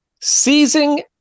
seizing